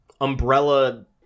umbrella